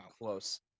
close